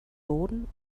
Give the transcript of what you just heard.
boden